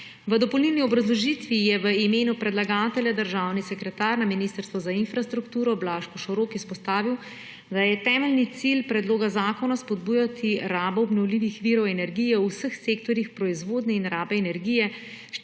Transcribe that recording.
V dopolnilni obrazložitvi je v imenu predlagatelja državni sekretar na Ministrstvu za infrastrukturo Blaž Košorok izpostavil, da je temeljni cilj predloga zakona spodbujati rabo obnovljivih virov energije v vseh sektorjih proizvodnje in rabe energije, s čimer